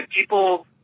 people